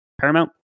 paramount